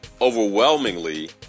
overwhelmingly